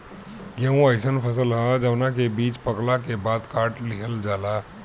गेंहू अइसन फसल ह जवना के बीज पकला के बाद काट लिहल जाला